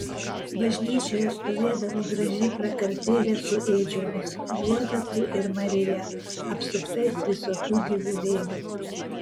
bažnyčioje stovėdavo graži prakartėlė su ėdžiomis juozapu ir marija apsuptais visokių gyvulėlių